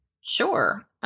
Sure